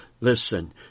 Listen